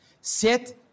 Set